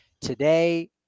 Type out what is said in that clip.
today